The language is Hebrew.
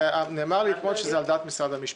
נאמר לי אתמול שזה על דעת משרד המשפטים.